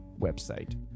website